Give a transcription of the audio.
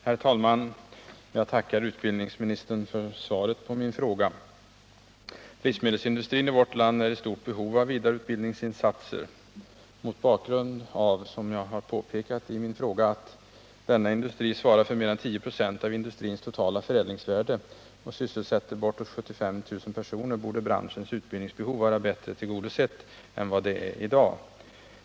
Herr talman! Jag tackar utbildningsministern för svaret på min fråga. Livsmedelsindustrin i vårt land är i stort behov av vidareutbildningsinsatser. Mot bakgrund av — som jag har påpekat i min fråga — att denna industri svarar för mer än 10 96 av industrins totala förädlingsvärde och sysselsätter bortåt 75 000 personer borde branschens utbildningsbehov vara bättre tillgodosett än vad det är i dag.